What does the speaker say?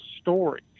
story